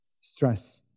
stress